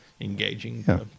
engaging